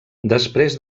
després